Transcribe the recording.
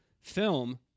film